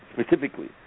specifically